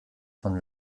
von